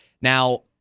Now